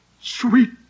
sweet